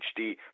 HD